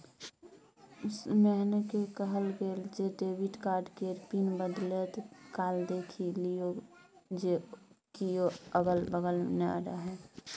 मोहनकेँ कहल गेल जे डेबिट कार्ड केर पिन बदलैत काल देखि लिअ जे कियो अगल बगल नै रहय